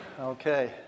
Okay